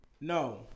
no